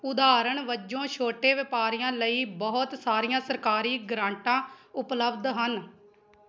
ਉਦਾਹਰਣ ਵਜੋਂ ਛੋਟੇ ਵਪਾਰੀਆਂ ਲਈ ਬਹੁਤ ਸਾਰੀਆਂ ਸਰਕਾਰੀ ਗ੍ਰਾਂਟਾਂ ਉਪਲਬਧ ਹਨ